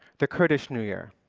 the kurdish new year,